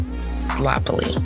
sloppily